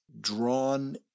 drawn